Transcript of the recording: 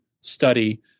study